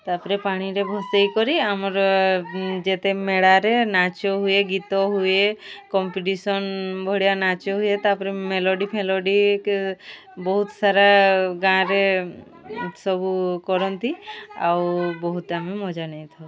ତା'ପରେ ପାଣିରେ ଭସେଇକରି ଆମର ଯେତେ ମେଳାରେ ନାଚ ହୁଏ ଗୀତ ହୁଏ କମ୍ପିଟିସନ୍ ଭଳିଆ ନାଚ ହୁଏ ତା'ପରେ ମେଲୋଡ଼ି ଫେଲୋଡ଼ି ବହୁତ ସାରା ଗାଁ'ରେ ସବୁ କରନ୍ତି ଆଉ ବହୁତ ଆମେ ମଜା ନେଇଥାଉ